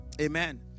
Amen